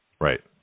Right